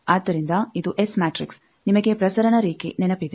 ಆದ್ದರಿಂದ ಇದು S matrix ನಿಮಗೆ ಪ್ರಸರಣ ರೇಖೆ ನೆನಪಿದೆ